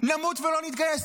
נמות ולא נתגייס.